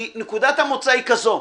כי נקודת המוצא היא כזו: